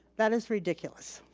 that is ridiculous.